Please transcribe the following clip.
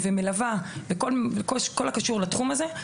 מלווה וכל הקשור לתחום הזה,